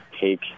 take